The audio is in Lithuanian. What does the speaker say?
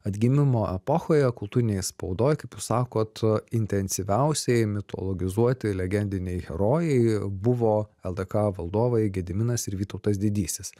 atgimimo epochoje kultūrinėje spaudoj kaip jūs sakot intensyviausiai mitologizuoti legendiniai herojai buvo ldk valdovai gediminas ir vytautas didysis